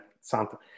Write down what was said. Santo